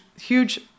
huge